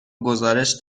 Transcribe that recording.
گزارش